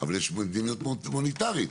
אבל יש מדיניות הומניטרית.